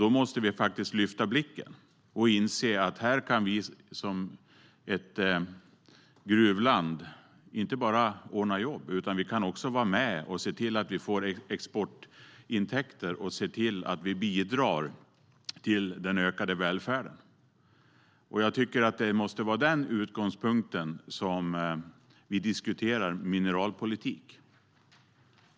Då måste vi lyfta blicken och inse att vi som gruvland inte bara kan ordna jobb utan också vara med, få exportintäkter och bidra till den ökade välfärden. Detta måste vara utgångspunkten när vi diskuterar mineralpolitik.